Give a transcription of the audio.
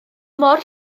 mor